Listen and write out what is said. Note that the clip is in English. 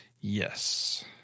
Yes